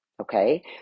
okay